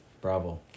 Bravo